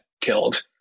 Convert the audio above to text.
killed